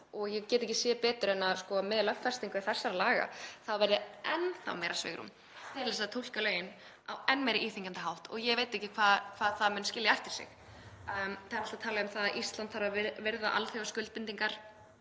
og ég get ekki betur séð en að með lögfestingu þessara laga verði enn meira svigrúm til að túlka lögin á enn frekari íþyngjandi hátt. Ég veit ekki hvað það mun skilja eftir sig. Það er alltaf talað um að Ísland þurfi að virða alþjóðaskuldbindingar,